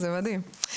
זה מדהים.